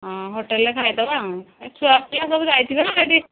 ହଁ ହୋଟେଲ୍ରେ ଖାଇଦବା ଆଉ ଛୁଆପିଲା ସବୁ ଯାଇଥିବେ ସେଇଠି